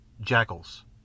Jackals